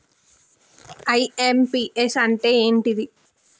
IMPS అంటే ఏంటిది?